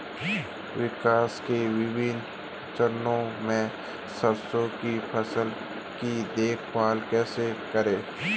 विकास के विभिन्न चरणों में सरसों की फसल की देखभाल कैसे करें?